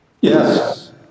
Yes